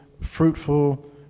fruitful